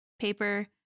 paper